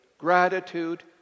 gratitude